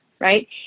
right